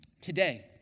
Today